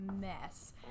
mess